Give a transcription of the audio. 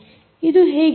ಇದು ಹೇಗೆ ಸಾಧ್ಯ